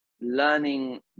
learning